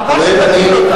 חבל שתפיל אותה.